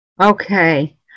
Okay